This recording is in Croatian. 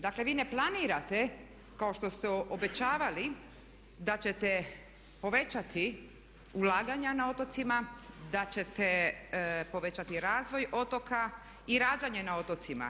Dakle, vi ne planirate kao što ste obećavali da ćete povećati ulaganja na otocima, da ćete povećati razvoj otoka i rađanje na otocima.